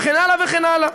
וכן הלאה וכן הלאה.